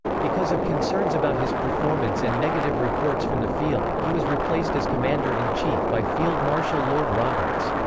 because of concerns about his performance and negative reports from the field, he was replaced as commander in chief by field marshal lord roberts.